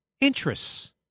interests